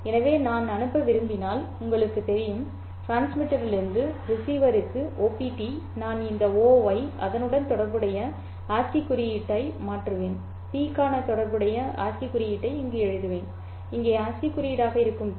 எனவே நான் அனுப்ப விரும்பினால் உங்களுக்குத் தெரியும் டிரான்ஸ்மிட்டரிலிருந்து ரிசீவருக்கு OPT நான் இந்த O ஐ அதனுடன் தொடர்புடைய ASCII குறியீட்டை மாற்றுவேன் P க்கான தொடர்புடைய ASCII குறியீட்டை இங்கு மாற்றுவேன் இங்கே ASCII குறியீடாக இருக்கும் டி